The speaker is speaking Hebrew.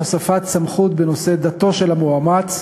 הוספת סמכות בנושא דתו של המאומץ),